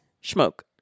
Smoke